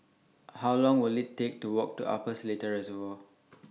How Long Will IT Take to Walk to Upper Seletar Reservoir